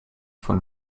von